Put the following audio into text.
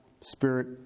Spirit